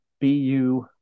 bu